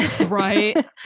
Right